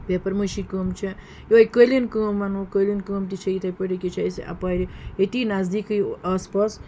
paper مٲشی کٲم چھےٚ یِہَے قٲلیٖن کٲم وَنو قٲلیٖن کٲم تہِ چھےٚ یِتھَے پٲٹھۍ یٔکیٛاہ چھِ أسۍ اَپارِ ییٚتی نزدیٖکٕے آس پاس